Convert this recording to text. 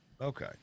Okay